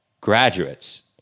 graduates